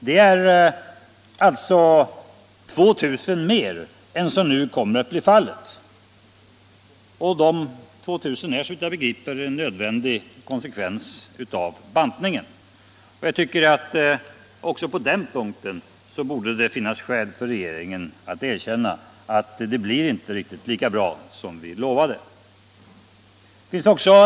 Det är närmare 2 000 sysselsättningstillfällen mer än som nu kommer att bli fallet och, såvitt jag begriper, en nödvändig konsekvens av bantningen. Jag tycker att det också på den punkten borde finnas skäl för regeringen att erkänna att det inte blir riktigt lika bra som man lovat.